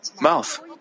mouth